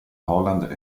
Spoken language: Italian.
holland